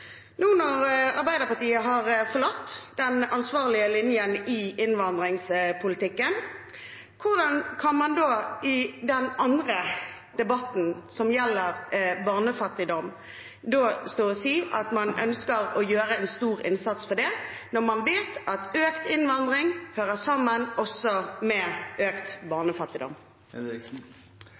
når Arbeiderpartiet har forlatt den ansvarlige linjen i innvandringspolitikken, hvordan kan man da i den andre debatten, som gjelder barnefattigdom, si at man ønsker å gjøre en stor innsats, når man vet at økt innvandring også hører sammen med økt barnefattigdom?